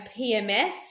PMS